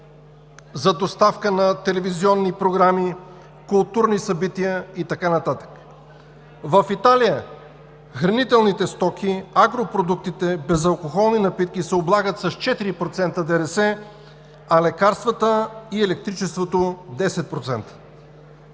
за доставка на телевизионни програми, културни събития и така нататък. В Италия хранителните стоки, агропродуктите, безалкохолните напитки се облагат с 4% ДДС, а лекарствата и електричеството – 10%.